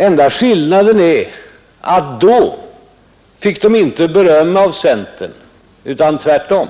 Enda skillnaden är att då fick partiet inte beröm av centern utan tvärtom,